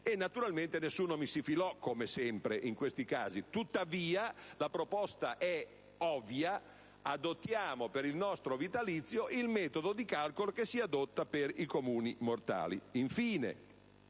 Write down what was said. naturalmente nessuno «mi si filò», come sempre in questi casi. Tuttavia, la proposta è ovvia: adottiamo per il nostro vitalizio il metodo di calcolo che si adotta per i comuni mortali.